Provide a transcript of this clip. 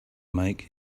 make